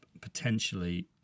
potentially